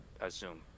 assume